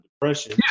depression